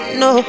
no